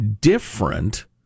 different